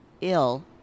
ill